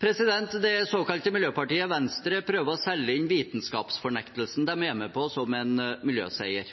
Det såkalte miljøpartiet Venstre prøver å selge inn vitenskapsfornektelsen de er med på, som en miljøseier.